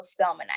Spelmanite